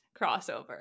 crossover